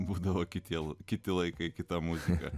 būdavo kitiems kiti laikai kita muzika